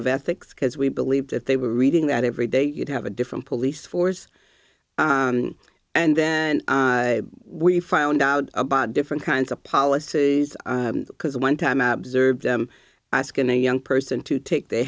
of ethics because we believed that they were reading that every day you'd have a different police force and then we found out about different kinds of policies because one time observed them asking a young person to take they